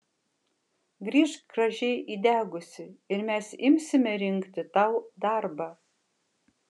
grįžk gražiai įdegusi ir mes imsime rinkti tau darbą